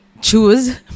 choose